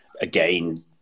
again